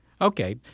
Okay